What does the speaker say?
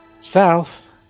South